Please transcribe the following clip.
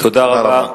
תודה רבה.